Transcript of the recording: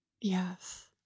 Yes